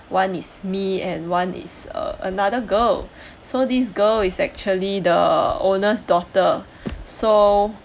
one is me and one is uh another girl so this girl is actually the owner's daughter so